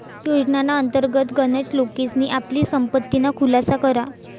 योजनाना अंतर्गत गनच लोकेसनी आपली संपत्तीना खुलासा करा